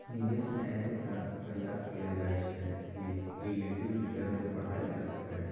निवेश में अइसे तऽ प्रयास कएल जाइ छइ कि रिलेटिव रिटर्न के बढ़ायल जा सकइ